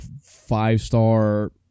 five-star